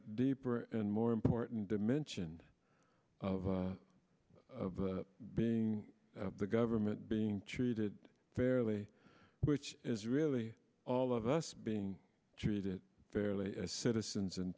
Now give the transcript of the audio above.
deeper and more important dimension of being the government being treated fairly which is really all of us being treated fairly as citizens and